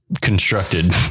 constructed